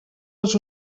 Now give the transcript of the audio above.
els